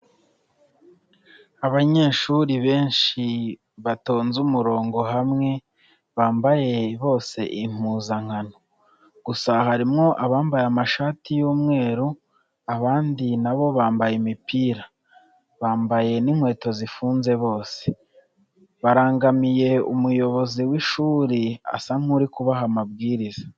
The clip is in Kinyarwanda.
Abanyeshuri benshi batonze umurongo hamwe, bambaye bose impuzankano. Gusa harimo abambaye amashati y'umweru, abandi na bo bambaye imipira, bambaye n'inkweto zifunze bose, barangamiye umuyobozi w'ishuri asa nk'uri kubaha amabwiriza.